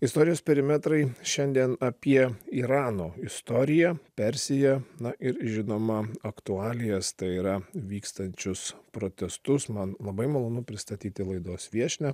istorijos perimetrai šiandien apie irano istoriją persiją na ir žinoma aktualijas tai yra vykstančius protestus man labai malonu pristatyti laidos viešnia